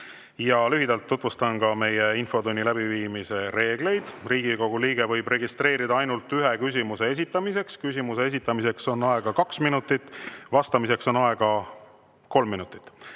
Lühidalt tutvustan ka meie infotunni läbiviimise reegleid. Riigikogu liige võib registreeruda ainult ühe küsimuse esitamiseks. Küsimuse esitamiseks on aega kaks minutit, vastamiseks on aega kolm minutit.